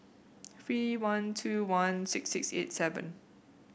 three one two one six six eight seven